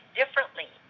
differently